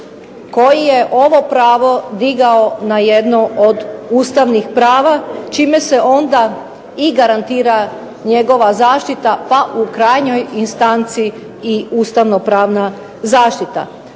koji je ovo pravo digao na jednu od ustavnih prava, čime se onda i garantira njegova zaštita, pa u krajnjoj instanci i ustavnopravna zaštita.